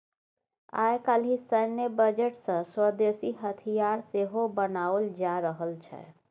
आय काल्हि सैन्य बजट सँ स्वदेशी हथियार सेहो बनाओल जा रहल छै